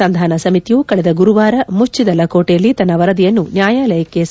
ಸಂಧಾನ ಸಮಿತಿಯು ಕಳೆದ ಗುರುವಾರ ಮುಚ್ಚಿದ ಲಕೋಟೆಯಲ್ಲಿ ತನ್ನ ವರದಿಯನ್ನು ನ್ಯಾಯಾಲಯಕ್ಕೆ ಸಲ್ಲಿಸಿತ್ತು